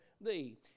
thee